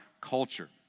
culture